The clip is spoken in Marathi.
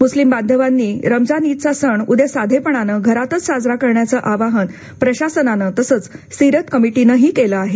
मुस्लिम बांधवांनी रमजान ईदचा सण उद्या साधेपणानं घरातच साजरा करण्याचं आवाहन प्रशासनानं तसंच सीरत कमिटीनं केलं आहे